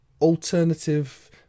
alternative